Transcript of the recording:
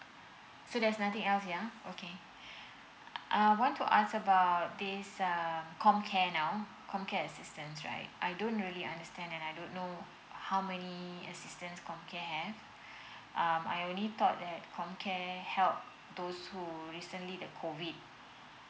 so there's nothing else yeah okay uh I want to ask about this um comcare now comcare assistance right I don't really understand and I don't know how many assistance comcare have um I only thought that comcare help those who recently got COVID